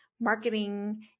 marketing